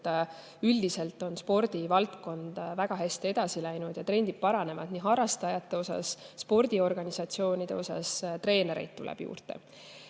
üldiselt on spordivaldkond väga hästi edasi läinud ja trendid paranevad harrastajate osas, spordiorganisatsioonide osas. Treenereid tuleb juurde.